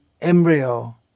embryo